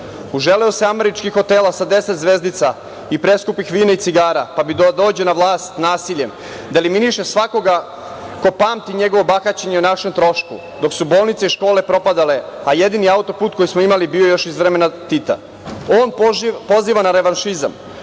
Uželeo se američkih hotela sa 10 zvezdica i preskupih vina i cigara, pa bi da dođe na vlast nasiljem, da eliminiše svakoga ko pamti njegovo bahaćenje o našem trošku, dok su bolnice i škole propadale, a jedini auto-put koji smo imali bio je još iz vremena Tita. On poziva na revanšizam.